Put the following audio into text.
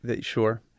Sure